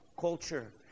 culture